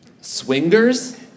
Swingers